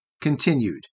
Continued